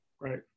right